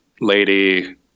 lady